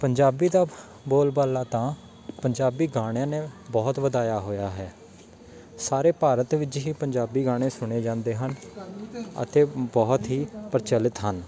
ਪੰਜਾਬੀ ਦਾ ਬੋਲਬਾਲਾ ਤਾਂ ਪੰਜਾਬੀ ਗਾਣਿਆਂ ਨੇ ਬਹੁਤ ਵਧਾਇਆ ਹੋਇਆ ਹੈ ਸਾਰੇ ਭਾਰਤ ਵਿੱਚ ਹੀ ਪੰਜਾਬੀ ਗਾਣੇ ਸੁਣੇ ਜਾਂਦੇ ਹਨ ਅਤੇ ਬਹੁਤ ਹੀ ਪ੍ਰਚੱਲਿਤ ਹਨ